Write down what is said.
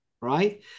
Right